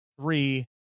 three